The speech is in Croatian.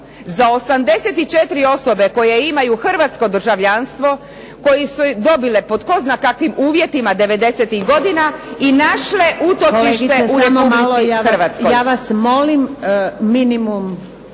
Za 84 osobe koje imaju hrvatsko državljanstvo, koje su dobile pod tko zna kakvim uvjetima devedesetih godina i našle utočište u Republici Hrvatskoj.